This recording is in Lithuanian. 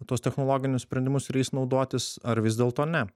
tuos technologinius sprendimus ir jais naudotis ar vis dėlto ne